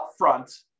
upfront